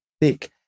thick